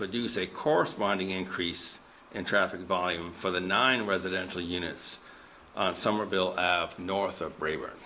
produce a corresponding increase in traffic volume for the nine residential units summerville north of breaker